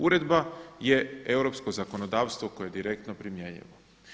Uredba je europsko zakonodavstvo koje je direktno primjenjivo.